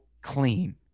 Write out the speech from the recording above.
clean